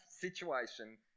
situation